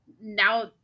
now